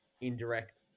indirect